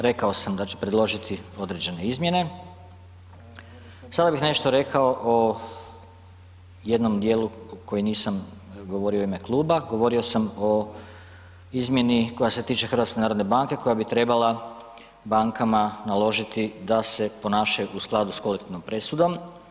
Rekao sam da ću predložiti određene izmjene, sada bih nešto rekao o jednom djelu koji nisam govorio u ime kluba, govorio sam o izmjeni koja se tiče HNB-a, koja bi trebala bankama naložiti da se ponašaju u skladu sa kolektivnom presudom.